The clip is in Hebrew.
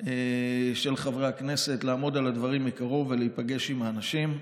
של חברי הכנסת לעמוד על הדברים מקרוב ולהיפגש עם האנשים.